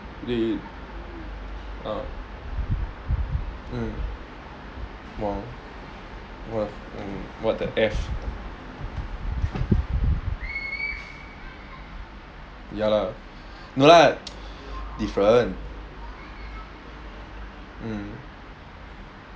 they um mm !wah! what what the F ya lah no lah different um